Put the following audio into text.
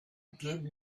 give